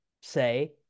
say